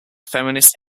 feminist